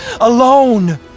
Alone